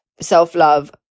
self-love